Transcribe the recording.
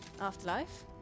afterlife